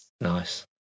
nice